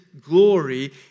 glory